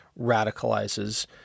radicalizes